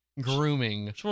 Grooming